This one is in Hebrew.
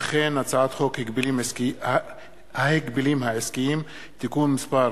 הצעת חוק ההגבלים העסקיים (תיקון מס'